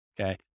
okay